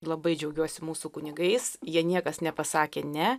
labai džiaugiuosi mūsų kunigais jie niekas nepasakė ne